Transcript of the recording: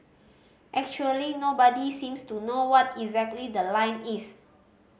actually nobody seems to know what exactly the line is